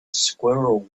squirrel